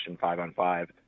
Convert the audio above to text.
five-on-five